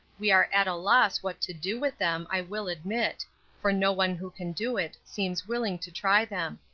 we are at a loss what to do with them, i will admit for no one who can do it seems willing to try them.